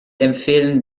empfehlen